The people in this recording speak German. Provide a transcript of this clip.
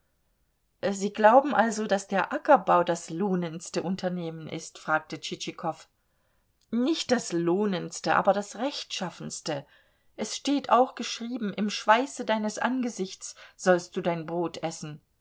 sie glauben also daß der ackerbau das lohnendste unternehmen ist fragte tschitschikow nicht das lohnendste aber das rechtschaffenste es steht auch geschrieben im schweiße deines angesichts sollst du dein brot essen